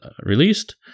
released